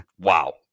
wow